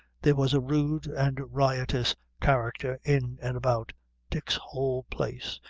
there was a rude and riotous character in and about dick's whole place,